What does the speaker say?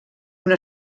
una